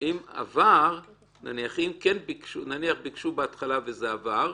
אם ביקשו בהתחלה וזה עבר,